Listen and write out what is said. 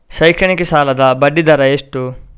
ಶೈಕ್ಷಣಿಕ ಸಾಲದ ಬಡ್ಡಿ ದರ ಎಷ್ಟು?